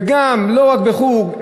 וגם לא רק בחוג,